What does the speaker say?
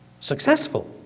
successful